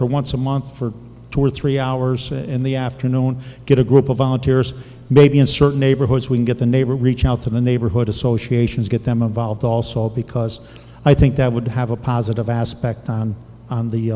for once a month for two or three hours in the afternoon get a group of volunteers maybe in certain neighborhoods we'd get the neighbor reach out to the neighborhood associations get them involved also because i think that would have a positive aspect on